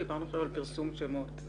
דיברנו על פרסום שמות.